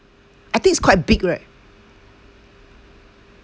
I think it's quite big right